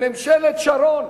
בממשלת שרון,